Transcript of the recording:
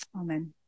Amen